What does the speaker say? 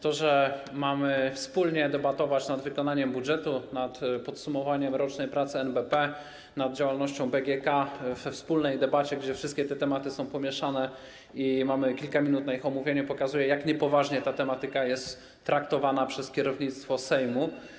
To, że mamy debatować nad wykonaniem budżetu, nad podsumowaniem rocznej pracy NBP, nad działalnością BGK we wspólnej debacie, gdzie wszystkie te tematy są pomieszane i mamy kilka minut na ich omówienie, pokazuje, jak niepoważnie ta tematyka jest traktowana przez kierownictwo Sejmu.